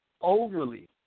overly